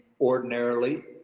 ordinarily